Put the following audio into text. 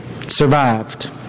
survived